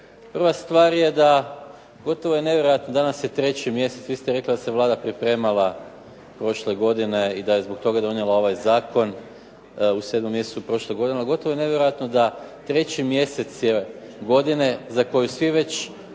Prva stvar je da gotovo nevjerojatno, danas je 3. mjesec, vi ste rekli da se Vlada pripremala prošle godine i da je zbog toga donije ovaj zakon u 7. mjesecu prošle godine. a gotovo je nevjerojatno da 3. mjesec godine za koju svi već